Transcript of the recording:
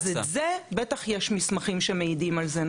אז את זה בטח יש מסמכים שמעידים על זה.